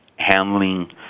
handling